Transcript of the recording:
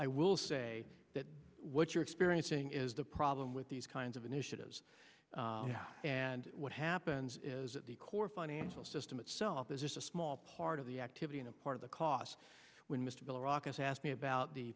will say that what you're experiencing is the problem with these kinds of initiatives and what happens at the core financial system itself is just a small part of the activity and part of the cost when mr bell rock has asked me about the